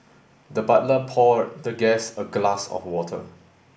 the butler poured the guest a glass of water